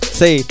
say